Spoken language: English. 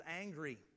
angry